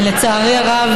לצערי הרב,